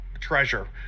treasure